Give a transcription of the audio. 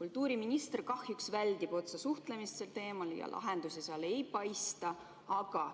Kultuuriminister kahjuks väldib otsesuhtlemist sel teemal ja lahendusi ei paista, aga